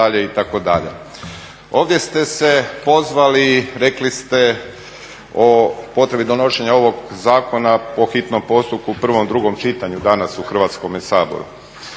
Ovdje ste se pozvali rekli ste o potrebi donošenja ovog zakona po hitnom postupku u prvom i drugom čitanju danas u Hrvatskome saboru,